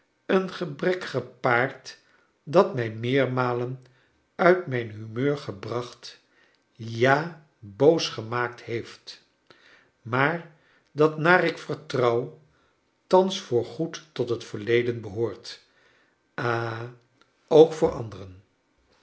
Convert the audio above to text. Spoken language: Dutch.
een gebrek gepaard dat mij meermalen uit mijn humeur gebracht ja boos gemaakt heeft maar dat naar ik vertrouw thans voor goed tot het verleden behoort ha ook